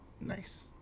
Nice